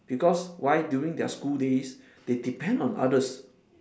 because why during their school days they depend on others